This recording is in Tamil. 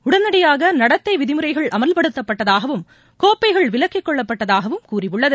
உடனடியாகநடத்தைவிதிமுறைகள் அமல்படுத்தப்பட்டதாகவும் கோப்பைகள் விலக்கிக் கொள்ளப்பட்டதாகவும் கூறியுள்ளது